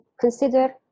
consider